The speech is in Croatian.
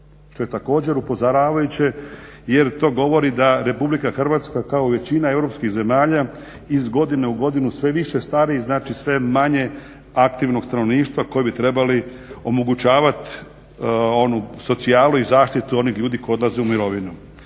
što je također upozoravajuće jer to govori da RH kao većina europskih zemalja iz godine u godinu sve više stari i znači sve manje aktivnog stanovništava koji bi trebali omogućavat onu socijalu i zaštitu onih ljudi koji odlaze u mirovinu.